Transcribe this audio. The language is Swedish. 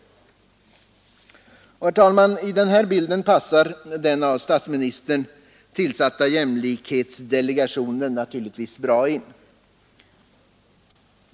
Herr talman! I denna bild passar den av statsministern tillsatta jämställdhetsdelegationen naturligtvis bra in.